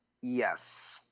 Yes